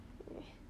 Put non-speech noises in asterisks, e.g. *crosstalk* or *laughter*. *noise*